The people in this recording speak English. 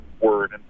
word